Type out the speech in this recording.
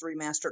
remastered